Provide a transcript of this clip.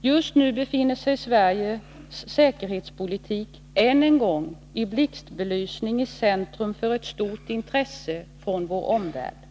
Just nu befinner sig Sveriges säkerhetspolitik än en gång i blixtbelysning och i centrum för ett stort intresse från vår omvärld.